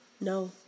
no